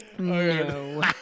No